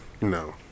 No